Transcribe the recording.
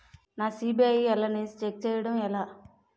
నా సిబిఐఎల్ ని ఛెక్ చేయడం ఎలా?